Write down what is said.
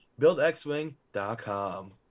BuildXWing.com